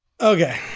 okay